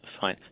Fine